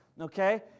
Okay